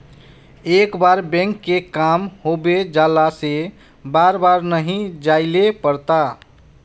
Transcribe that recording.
एक बार बैंक के काम होबे जाला से बार बार नहीं जाइले पड़ता?